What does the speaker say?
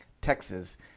Texas